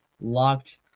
locked